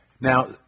Now